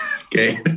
Okay